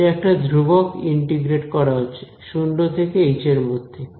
এটা একটা ধ্রুবক ইন্টিগ্রেট করা হচ্ছে শূন্য থেকে এইচ এরমধ্যে